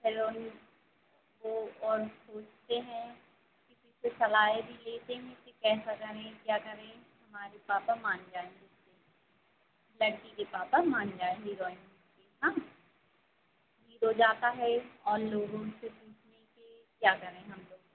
को और पूछते हैं किसी से सलाहे भी लेते हैं कि कैसा करें क्या करें हमारे पापा मान जाएँ जिससे लड़की के पापा मान जाएँ हीरोइन के हाँ हीरो जाता है और लोगों से पूछने के क्या करें हम लोग